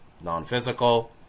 non-physical